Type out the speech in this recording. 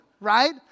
right